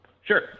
Sure